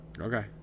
Okay